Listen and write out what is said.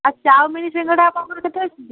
ଆଉ ଚାଉମିନ୍ ସିଙ୍ଗଡ଼ା କେତେ ଆସୁଛି